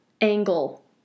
angle